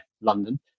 London